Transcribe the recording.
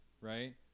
right